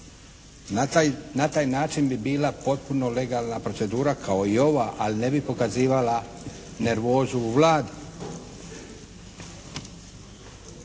na taj način bi bila potpuno legalna procedura kao i ova ali ne bi pokazivala nervozu u Vladi.